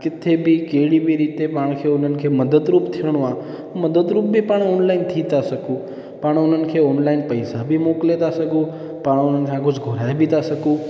किथे बि कहिड़ी बि रीति पाण उन्हनि खे मदद रुप थियणो आ्हे मदद रुप बि पाण ऑनलाइन थी था सघूं पाण उन्हनि खे ऑनलाइन पैसा बि मोकिले था सघूं पाण उन्हनि खां कुझु घुराए बि था सघूं